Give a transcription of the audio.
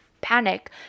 panic